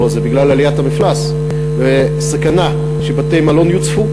הזה בגלל עליית המפלס והסכנה שבתי-מלון יוצפו,